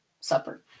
supper